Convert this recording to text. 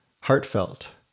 heartfelt